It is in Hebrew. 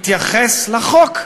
התייחס לחוק.